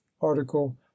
article